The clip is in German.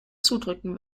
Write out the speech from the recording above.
zudrücken